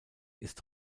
ist